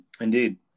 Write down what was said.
Indeed